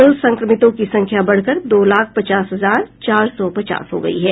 कुल संक्रमितों की संख्या बढ़कर दो लाख पचास हजार चार सौ पचास हो गयी है